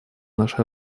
нашей